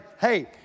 hey